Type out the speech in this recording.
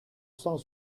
cent